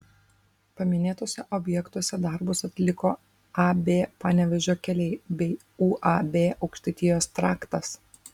paminėtuose objektuose darbus atliko ab panevėžio keliai bei uab aukštaitijos traktas